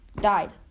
died